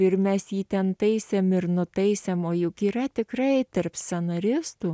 ir mes jį ten taisėm ir nutaisėm o juk yra tikrai tarp scenaristų